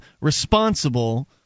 responsible